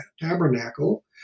Tabernacle